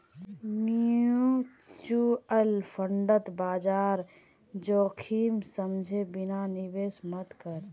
mutual फंडत बाजार जोखिम समझे बिना निवेश मत कर